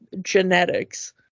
genetics